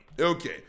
Okay